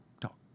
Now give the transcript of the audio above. talk